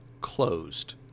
closed